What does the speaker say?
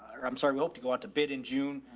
or i'm sorry, we hope to go out to bid in june.